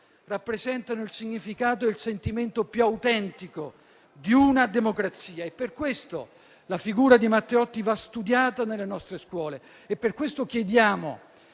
rappresentano il significato e il sentimento più autentico di una democrazia. Per questo la figura di Matteotti va studiata nelle nostre scuole e per questo chiediamo